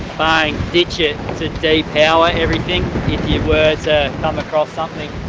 bang, ditch it, to depower everything if you were to come across something,